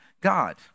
God